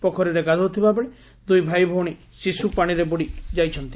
ପୋଖରୀରେ ଗାଧୋଉଥିବା ବେଳେ ଦୁଇ ଭାଇଭଉଣୀ ଶିଶୁ ପାଶିରେ ବୁଡ଼ି ଯାଇଛନ୍ତି